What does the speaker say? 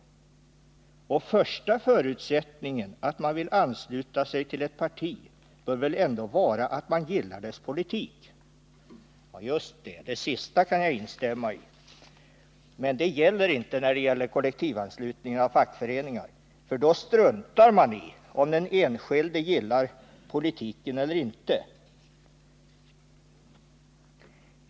Och första förutsättningen för att man vill ansluta sig till ett parti bör väl ändå vara att man gillar dess politik.” Ja, just det. Det sista kan jag instämma i. Men det gäller inte beträffande kollektivanslutningen av fackföreningar, för då struntar man i om den enskilde gillar politiken eller inte.